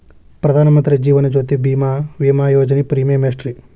ಪ್ರಧಾನ ಮಂತ್ರಿ ಜೇವನ ಜ್ಯೋತಿ ಭೇಮಾ, ವಿಮಾ ಯೋಜನೆ ಪ್ರೇಮಿಯಂ ಎಷ್ಟ್ರಿ?